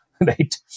right